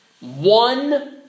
One